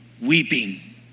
Weeping